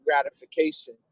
gratification